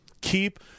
keep